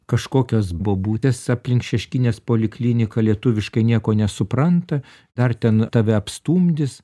kažkokios bobutės aplink šeškinės polikliniką lietuviškai nieko nesupranta dar ten tave apstumdys